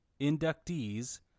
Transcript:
inductees